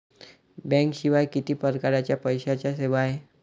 बँकेशिवाय किती परकारच्या पैशांच्या सेवा हाय?